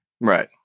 Right